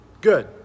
Good